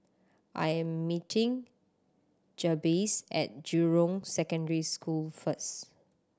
I am meeting Jabez at Jurong Secondary School first